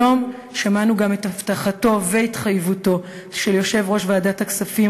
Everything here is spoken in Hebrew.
היום שמענו גם את הבטחתו והתחייבותו של יושב-ראש ועדת הכספים,